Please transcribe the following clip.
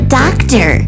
doctor